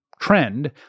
trend